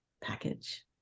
package